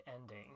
ending